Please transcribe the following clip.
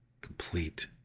complete